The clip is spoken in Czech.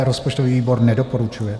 Rozpočtový výbor nedoporučuje.